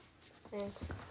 Thanks